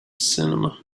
cinema